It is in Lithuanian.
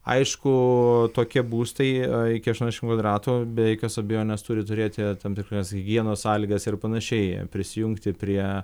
aišku tokie būstai iki aštuoniasdešim kvadratų be jokios abejonės turi turėti tam tikras higienos sąlygas ir panašiai prisijungti prie